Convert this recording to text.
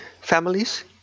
families